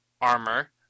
armor